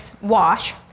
wash